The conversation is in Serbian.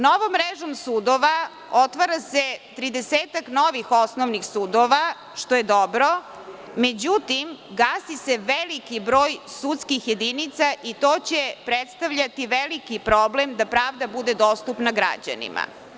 Novom mrežom sudova otvara se tridesetak novih osnovnih sudova, što je dobro, međutim, gasi se veliki broj sudskih jedinica i to će predstavljati veliki problem da pravda bude dostupna građanima.